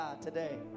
today